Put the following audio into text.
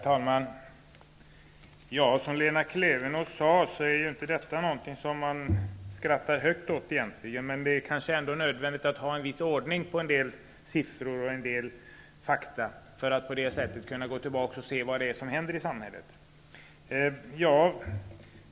Herr talman! Som Lena Klevenås sade är inte detta någonting man direkt skrattar högt åt, men det är kanske ändå nödvändigt att ha en viss ordning på en del siffror och fakta, för att på det sättet kunna gå tillbaka och se vad som händer i samhället.